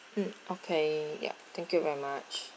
mm okay yup thank you very much